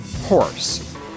Horse